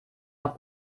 noch